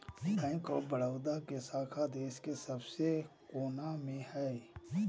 bank of Baroda के शाखा देश के सब कोना मे हय